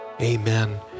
Amen